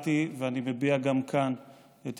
הבעתי ואני מביע גם כאן את